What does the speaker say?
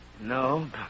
No